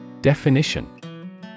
Definition